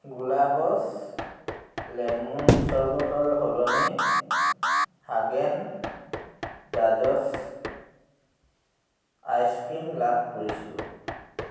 Gulab's lemon চৰবতৰ সলনি Haagen Dazs ice cream লাভ কৰিছিলোঁ